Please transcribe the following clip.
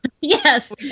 Yes